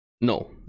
No